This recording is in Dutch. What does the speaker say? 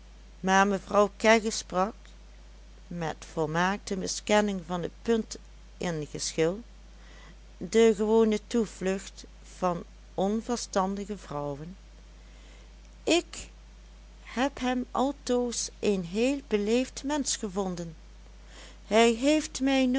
maar mevrouw kegge sprak met volmaakte miskenning van t punt in geschil de gewone toevlucht van onverstandige vrouwen ik heb hem altoos een heel beleefd mensch gevonden hij heeft mij